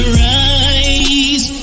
rise